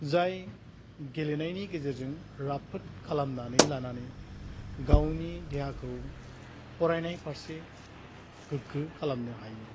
जाय गेलेनायनि गेजेरजों राफोद खालामनानै लानानै गावनि देहाखौ फरायनाय फारसे गोग्गो खालामनो हायो